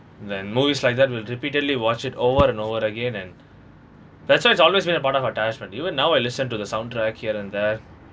then movies like that we'd repeatedly watch it over and over again and that's why it's always been a part of even now I listen to the soundtrack here and there